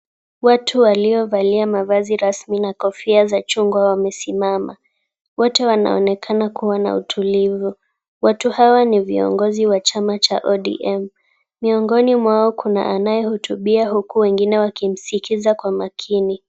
Watu waliovalia mavazi rasmi na kofia za chungwa wamesimama. Wote wanaonekana kuwa na utulivu. Watu hawa ni viongozi wa chama cha ODM. Miongoni mwao kuna anaye hutubia huku wengine wakimsikiza kwa makini.